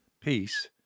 peace